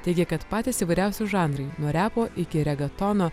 teigia kad patys įvairiausi žanrai nuo repo iki regatono